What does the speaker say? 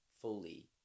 fully